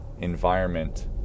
environment